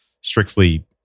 strictly